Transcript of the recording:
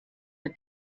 der